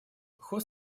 ход